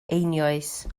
einioes